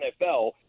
NFL